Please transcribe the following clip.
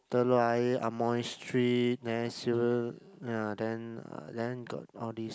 Telok-Ayer Amoy Street then then got all these